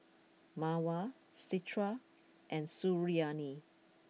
Mawar Citra and Suriani